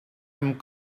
amb